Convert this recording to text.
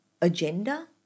agenda